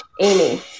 amy